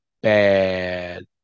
bad